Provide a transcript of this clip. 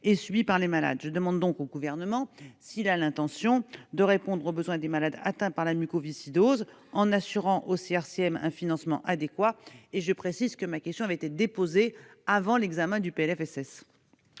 et subis par les malades. Je demande donc au Gouvernement s'il a l'intention de répondre aux besoins des malades atteints par la mucoviscidose en assurant aux CRCM un financement adéquat. Je précise que ma question avait été déposée avant l'examen du projet